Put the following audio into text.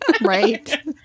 Right